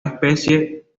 especie